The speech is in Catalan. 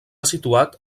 situat